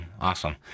Awesome